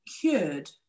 cured